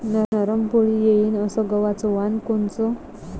नरम पोळी येईन अस गवाचं वान कोनचं?